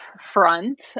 front